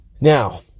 Now